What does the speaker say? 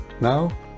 Now